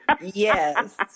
yes